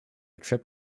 trip